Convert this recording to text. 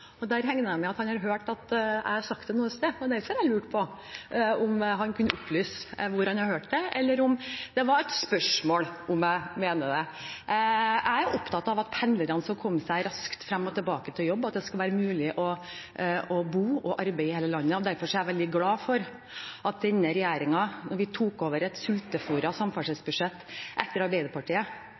jeg med at han hørt at jeg har sagt det noe sted, og det var derfor jeg lurte på om han kunne opplyse hvor han hadde hørt det, eller om det var et spørsmål om jeg mener det. Jeg er opptatt av at pendlerne skal komme seg raskt frem og tilbake til jobb, og at det skal være mulig å bo og arbeide i hele landet. Derfor er jeg veldig glad for at denne regjeringen, da vi tok over et sultefôret samferdselsbudsjett etter Arbeiderpartiet,